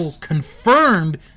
confirmed